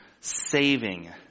saving